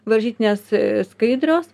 varžytinės skaidrios